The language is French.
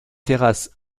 terrasses